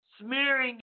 smearing